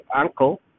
uncle